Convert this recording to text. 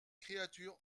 créatures